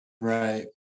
right